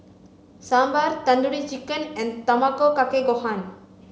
Sambar Tandoori Chicken and Tamago Kake Gohan